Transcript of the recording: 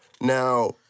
Now